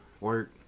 work